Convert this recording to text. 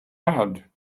had